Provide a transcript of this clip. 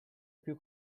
più